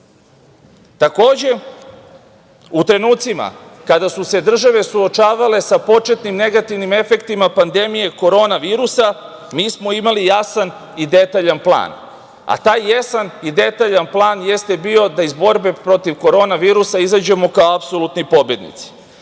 virusa. Takođe, u trenucima kada su se države suočavale sa početnim negativnim efektima pandemije korona virusa, mi smo imali jasan i detaljan plan. Taj jasan i detaljan plan jeste bio da iz borbe protiv korona virusa, izađemo kao pobednici,